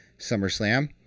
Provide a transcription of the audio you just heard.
SummerSlam